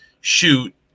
shoot